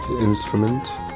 instrument